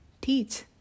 teach